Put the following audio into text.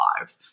live